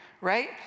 Right